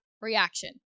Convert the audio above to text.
reaction